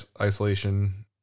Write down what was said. isolation